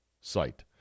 site